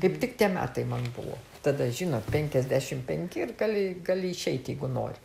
taip tik tie metai man buvo tada žinot penkiasdešimt penki ir gali gali išeiti jeigu nori